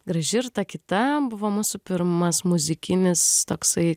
graži ir ta kita buvo mūsų pirmas muzikinis toksai